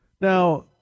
Now